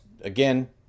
Again